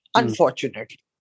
unfortunately